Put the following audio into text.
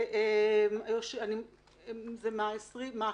זה מה-11.7.